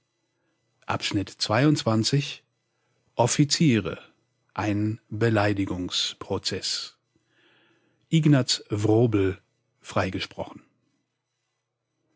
offiziere ein beleidigungsprozeß ignaz wrobel freigesprochen